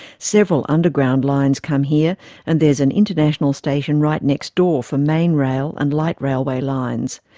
several underground lines come here and there's an international station right next door for main rail and light railway lines.